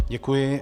Děkuji.